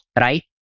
right